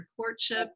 courtship